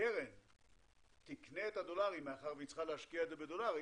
שהקרן תקנה את הדולרים מאחר והיא צריכה להשקיע בדולרים,